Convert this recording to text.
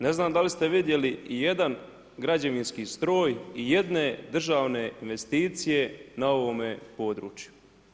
Ne znam da li ste vidjeli i jedan građevinski stroj i jedne državne investicije na ovome području?